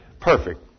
Perfect